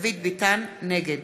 נגד